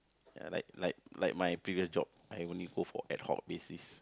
ya like like like my previous job I only go for ad hoc basis